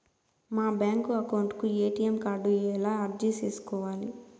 మా bank account కు ATM card ఎలా అర్జీ సేసుకోవాలి?